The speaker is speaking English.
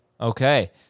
Okay